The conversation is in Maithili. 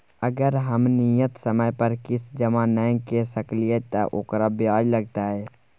अगर हम नियत समय पर किस्त जमा नय के सकलिए त ओकर ब्याजो लगतै?